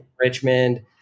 Richmond